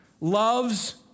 loves